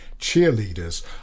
cheerleaders